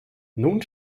nun